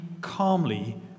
calmly